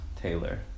Taylor